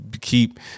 keep